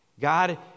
God